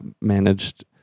managed